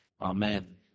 Amen